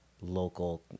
local